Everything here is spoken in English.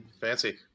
Fancy